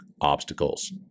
obstacles